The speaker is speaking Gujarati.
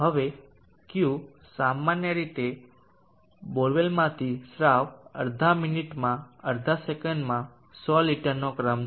હવે Q સામાન્ય રીતે બોરવેલમાંથી સ્રાવ અડધા મિનિટમાં અડધા સેકન્ડમાં 100 લિટરનો ક્રમ છે